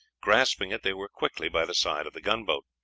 grasping it, they were quickly by the side of the gunboat.